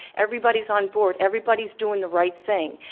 everybody's on board, everybody's doing the right thing.